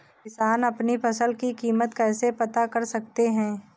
किसान अपनी फसल की कीमत कैसे पता कर सकते हैं?